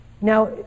now